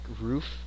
roof